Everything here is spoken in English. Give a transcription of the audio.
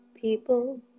people